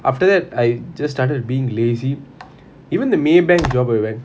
after that I just started being lazy even the Maybank job I went